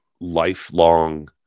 lifelong